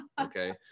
Okay